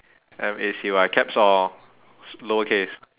M A C Y caps or lower case